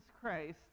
Christ